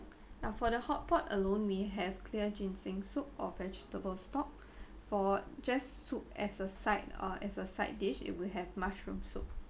uh for the hotpot alone we have clear ginseng soup or vegetable stock for just soup as a side uh as a side dish it will have mushroom soup